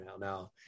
now